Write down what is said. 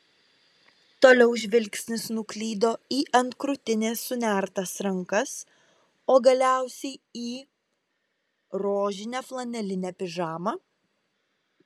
toliau žvilgsnis nuklydo į ant krūtinės sunertas rankas o galiausiai į rožinę flanelinę pižamą